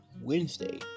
Wednesday